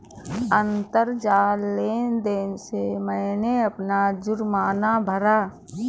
अंतरजाल लेन देन से मैंने अपना जुर्माना भरा